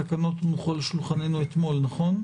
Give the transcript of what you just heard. התקנות הונחו על שולחננו אתמול, נכון?